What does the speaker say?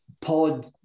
pod